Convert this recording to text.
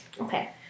Okay